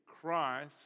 Christ